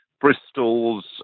Bristol's